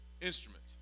instrument